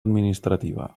administrativa